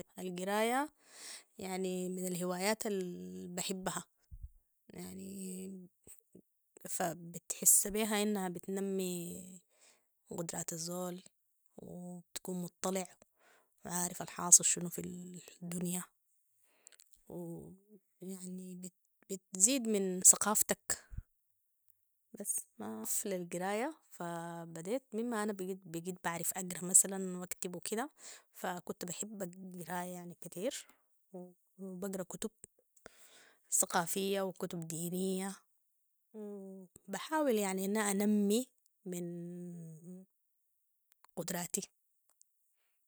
القراية يعني من الهوايات البحبها يعني فبتحس بيها أنها بتنمي قدرات الزول وتكون مطلع عارف الحاصل شنو في الدنيا ويعني بتزيد من ثقافتك بس ماف للقرايه فبديت من ما انا بقيت بعرف اقرا مثلاً واكتب وكده فكنت بحب القرايه يعني كتير وبقرا كتب ثقافيه وكتب دينيه وبحاول يعني اني انمي من قدراتي